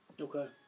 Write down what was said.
Okay